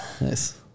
Nice